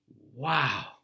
wow